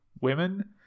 Women